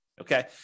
Okay